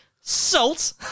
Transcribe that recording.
salt